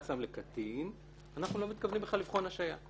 סם לקטין אנחנו בכלל לא מתכוונים לבחון השעיה.